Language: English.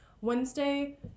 Wednesday